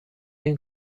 این